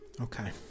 okay